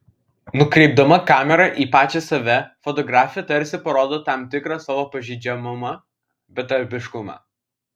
nukreipdama kamerą į pačią save fotografė tarsi parodo tam tikrą savo pažeidžiamumą betarpiškumą